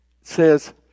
says